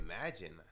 imagine